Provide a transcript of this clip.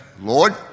Lord